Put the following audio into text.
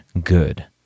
good